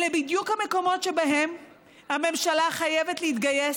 אלה בדיוק המקומות שבהם הממשלה חייבת להתגייס,